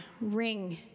ring